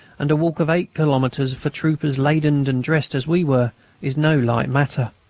and a walk of eight kilometres for troopers laden and dressed as we were is no light matter.